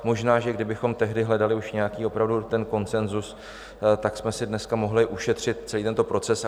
Možná že kdybychom tehdy hledali už nějaký opravdu konsenzus, tak jsme si dneska mohli ušetřit celý tento proces.